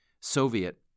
Soviet